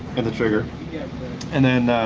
and the trigger yeah and then a.